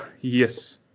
yes